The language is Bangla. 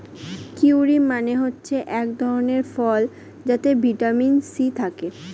কিউয়ি মানে হচ্ছে এক ধরণের ফল যাতে ভিটামিন সি থাকে